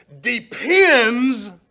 depends